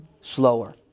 slower